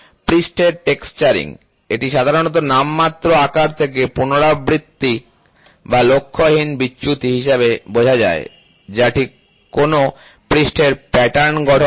পৃষ্ঠের টেক্সচারিং এটি সাধারণত নামমাত্র আকার থেকে পুনরাবৃত্তিক বা লক্ষ্যহীন বিচ্যুতি হিসাবে বোঝা যায় যা ঠিক কোনও পৃষ্ঠের প্যাটার্ন গঠন করে